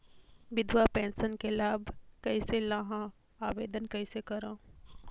विधवा पेंशन के लाभ कइसे लहां? आवेदन कइसे करव?